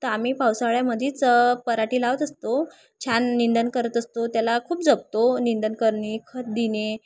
तर आम्ही पावसाळ्यामध्येच पराटी लावत असतो छान निंदण करत असतो त्याला खूप जपतो निंदण करणे खत देणे